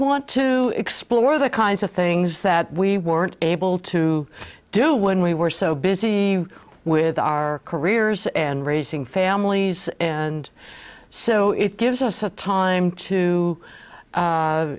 want to explore the kinds of things that we weren't able to do when we were so busy with our careers and raising families and so it gives us a time to